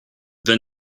then